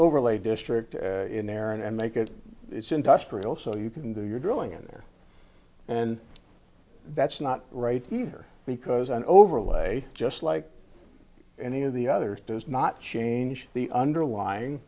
overlay district in there and make it it's industrial so you can do your drilling in there and that's not right either because an overlay just like any of the others does not change the underlying